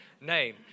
name